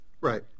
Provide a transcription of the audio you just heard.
Right